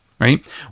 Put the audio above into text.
right